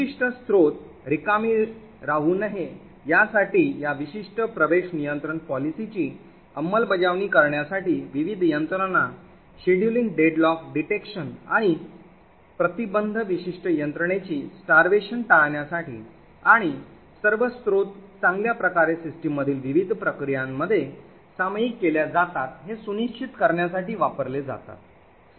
विशिष्ट स्त्रोत रिकामी राहू नये यासाठी या विशिष्ट access control पॉलिसीची अंमलबजावणी करण्यासाठी विविध यंत्रणा शेड्यूलिंग डेडलॉक शोध आणि प्रतिबंध विशिष्ट प्रक्रियेची starvation टाळण्यासाठी आणि सर्व स्त्रोत चांगल्या प्रकारे सिस्टम मधील विविध प्रक्रियांमध्ये सामायिक केल्या जातात हे सुनिश्चित करण्यासाठी वापरले जातात